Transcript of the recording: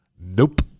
nope